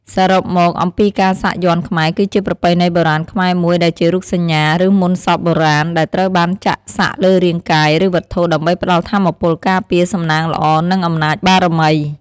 សរុបមកអំពីការសាក់យ័ន្តខ្មែរ គឺជាប្រពៃណីបុរាណខ្មែរមួយដែលជារូបសញ្ញា ឬមន្តសព្ទបុរាណ ដែលត្រូវបានចាក់សាក់លើរាងកាយ ឬវត្ថុ ដើម្បីផ្ដល់ថាមពលការពារ សំណាងល្អ និងអំណាចបារមី។